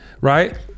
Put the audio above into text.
Right